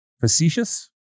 facetious